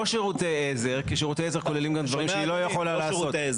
לא שירותי עזר כי שירותי עזר כוללים גם דברים שהיא לא יכולה לעשות.